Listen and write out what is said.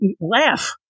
laugh